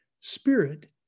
spirit